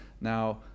Now